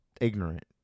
Ignorant